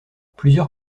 plusieurs